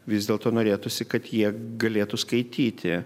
vis dėlto norėtųsi kad jie galėtų skaityti